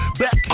back